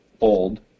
old